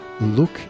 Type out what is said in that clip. look